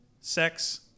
sex